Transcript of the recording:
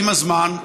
עם הזמן,